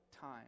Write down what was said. time